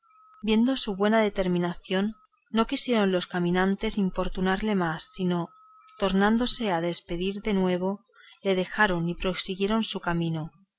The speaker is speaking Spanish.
viendo su buena determinación no quisieron los caminantes importunarle más sino tornándose a despedir de nuevo le dejaron y prosiguieron su camino